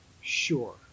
sure